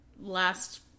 last